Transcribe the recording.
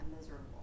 miserable